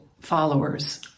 followers